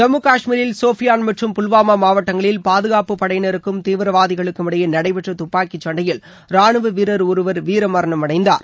ஜம்மு கஷ்மீரில் சோபியாள் மற்றம் புல்வாமா மாவட்டங்களில் பாதுகாப்பு படையினருக்கும் தீவிரவாதிகளுக்கும் இடையே நடைபெற்ற துப்பாக்கி கண்டையில் ராணுவ வீரர் ஒருவர் வீரமரணம் அடைந்தார்